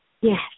yes